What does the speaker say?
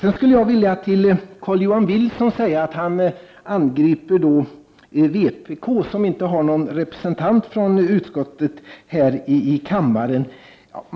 Carl-Johan Wilson angrep vpk, som inte har någon representant från utskottet här i kammaren.